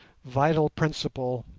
vital principle,